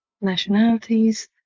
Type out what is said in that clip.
nationalities